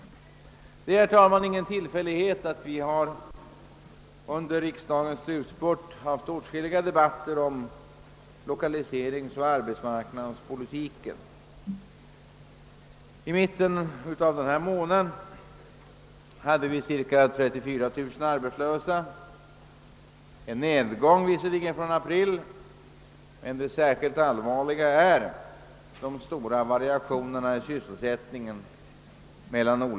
Herr talman! Det är ingen tillfällighet att det nu under riksdagens slutspurt förts flera debatter om lokaliseringsoch arbetsmarknadspolitiken. I mitten av denna månad hade vi nämligen 34000 arbetslösa. Det innebär visserligen en nedgång från april, men det mest allvarliga är skillnaderna i sysselsättning.